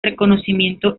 reconocimiento